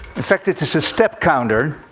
in fact, it is a step counter,